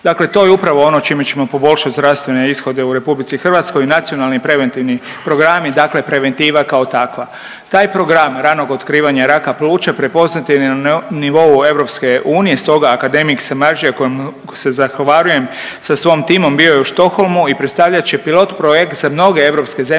dakle to je upravo ono čime ćemo poboljšat zdravstvene ishode u RH i Nacionalni preventivni programi, dakle preventiva kao takva. Taj program ranog otkrivanja raka pluća prepoznat je na nivou EU, stoga akademik Samardžija kojem se zahvaljujem sa svojim timom bio je u Stockholmu i predstavljat će pilot projekt za mnoge europske zemlje